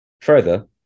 Further